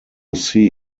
see